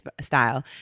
style